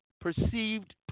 perceived